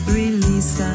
release